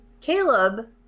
Caleb